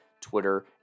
Twitter